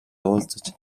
уулзаж